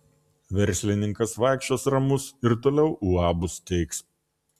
verslininkas vaikščios ramus ir toliau uabus steigs